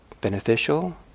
beneficial